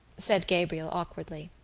said gabriel awkwardly.